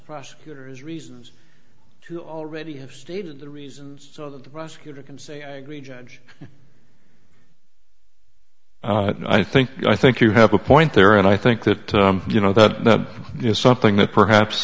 prosecutor is reasons to already have stated the reasons so that the prosecutor can say i agree judge i think i think you have a point there and i think that you know that is something that perhaps